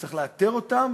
צריך לאתר אותם,